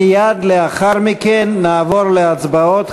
מייד לאחר מכן נעבור להצבעות.